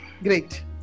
Great